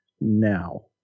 now